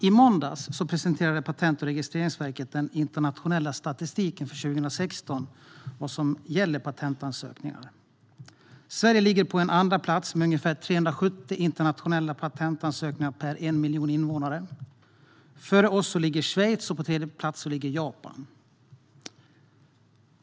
I måndags presenterade Patent och registreringsverket den internationella statistiken för 2016 vad gäller patentansökningar. Sverige ligger på andra plats med ungefär 370 internationella patentansökningar per 1 miljon invånare. Före oss ligger Schweiz, och på tredje plats ligger Japan.